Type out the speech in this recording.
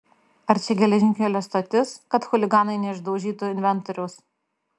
ar čia geležinkelio stotis kad chuliganai neišdaužytų inventoriaus